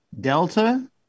Delta